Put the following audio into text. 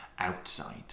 outside